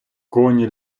коні